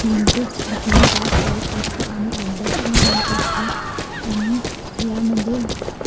तीन ते तीन तास करत असतो आणि अभ्यास पण करत असतो आणि यामध्ये